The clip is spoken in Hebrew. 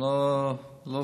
זה לא סוד.